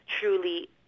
truly